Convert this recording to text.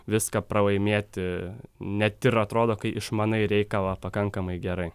viską pralaimėti net ir atrodo kai išmanai reikalą pakankamai gerai